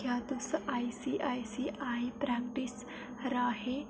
क्या तुस आईसीआईसीआई पाकेटें राहें